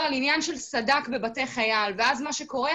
על עניין של סד"כ בבתי חייל ואז מה שקורה,